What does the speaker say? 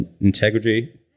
integrity